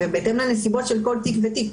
ובהתאם לנסיבות של כל תיק ותיק.